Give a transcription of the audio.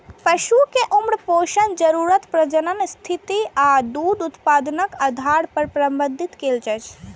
पशु कें उम्र, पोषण जरूरत, प्रजनन स्थिति आ दूध उत्पादनक आधार पर प्रबंधित कैल जाइ छै